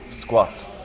squats